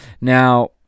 now